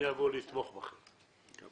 אני אבוא לתמוך בכם.